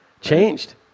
changed